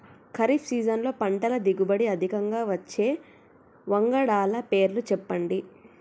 ఖరీఫ్ సీజన్లో పంటల దిగుబడి అధికంగా వచ్చే వంగడాల పేర్లు చెప్పండి?